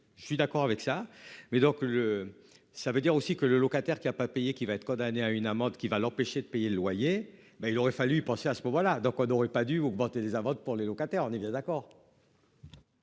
Je suis d'accord avec ça mais donc le, ça veut dire aussi que le locataire qui a pas payé qui va être condamné à une amende qui va l'empêcher de payer le loyer. Ben il aurait fallu penser à ce moment-là donc on n'aurait pas dû augmenter les amendes pour les locataires. On est bien d'accord.